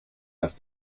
dass